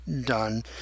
done